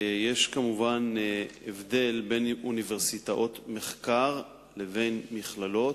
יש כמובן הבדל בין אוניברסיטאות מחקר לבין מכללות.